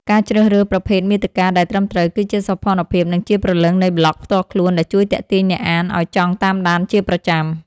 ការជ្រើសរើសប្រភេទមាតិកាដែលត្រឹមត្រូវ គឺជាសោភ័ណភាព និងជាព្រលឹងនៃប្លក់ផ្ទាល់ខ្លួនដែលជួយទាក់ទាញអ្នកអានឱ្យចង់តាមដានជាប្រចាំ។